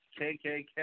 KKK